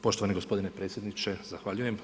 Poštovani gospodine predsjedniče, zahvaljujem.